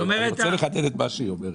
אני רוצה לחדד את מה שהיא אומרת,